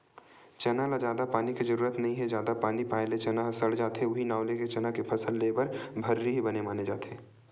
चना ल जादा पानी के जरुरत नइ हे जादा पानी पाए ले चना ह सड़ जाथे उहीं नांव लेके चना के फसल लेए बर भर्री ही बने माने जाथे